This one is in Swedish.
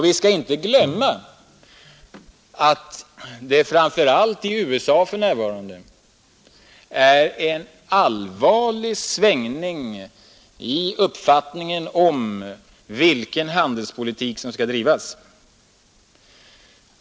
Vi skall inte glömma att det framför allt i USA för närvarande är en allvarlig omsvängning i uppfattningen om vilken handelspolitik som skall drivas.